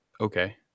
okay